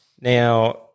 now